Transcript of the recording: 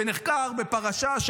שנחקר בפרשה,